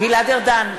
גלעד ארדן,